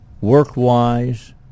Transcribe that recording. work-wise